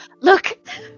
Look